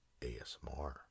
ASMR